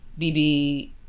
BB